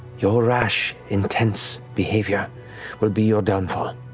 your rash, intense behavior will be your downfall.